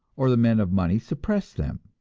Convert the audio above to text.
or the men of money suppress them,